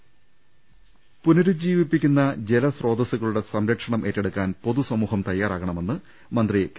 ലലലലലലലലലലലലല പുനരുജ്ജീവിപ്പിക്കുന്ന ജ്ലസ്രോതസുകളുടെ സംരക്ഷണം ഏറ്റെടുക്കാൻ പൊതുസമൂഹം തയ്യാറാകണമെന്ന് മന്ത്രി കെ